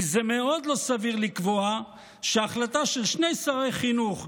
כי זה מאוד לא סביר לקבוע שההחלטה של שני שרי חינוך,